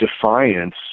defiance